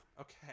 Okay